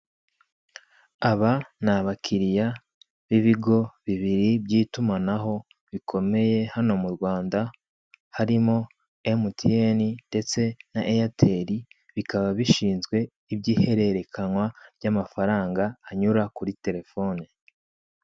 Aba ni abakiriya b'ibigo bibiri by'itumanaho bikomeye hano mu Rwanda harimo emutiyeni ndetse na eyateli, bikaba bishinzwe iby'ihererekanywa ry'amafaranga anyura kuri terefone.